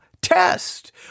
test